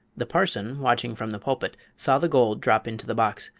the parson, watching from the pulpit, saw the gold drop into the box,